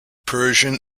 persian